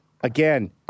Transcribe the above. again